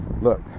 Look